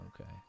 okay